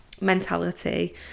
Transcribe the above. mentality